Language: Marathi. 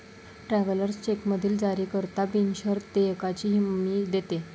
ट्रॅव्हलर्स चेकमधील जारीकर्ता बिनशर्त देयकाची हमी देतो